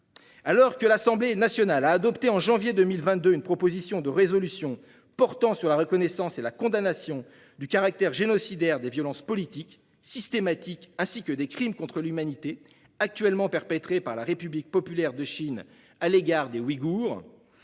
Alors que l'Assemblée nationale a adopté au mois de janvier 2022 une proposition de résolution portant sur la reconnaissance et la condamnation du caractère génocidaire des violences politiques systématiques, ainsi que des crimes contre l'humanité actuellement perpétrés par la République populaire de Chine à l'égard des Ouïghours,